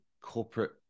corporate